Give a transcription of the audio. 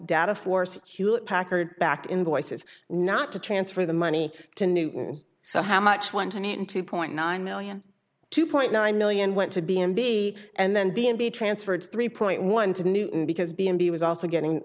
data force hewlett packard backed invoices not to transfer the money to new so how much went on in two point nine million two point nine million went to b and b and then being be transferred three point one to newton because b and b was also getting